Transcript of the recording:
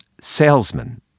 Salesman